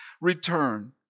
Return